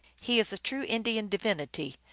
he is a true indian divinity,